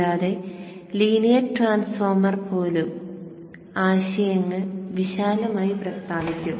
കൂടാതെ linear transformer പോലും ആശയങ്ങൾ വിശാലമായി പ്രസ്താവിക്കും